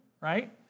right